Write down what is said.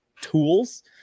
tools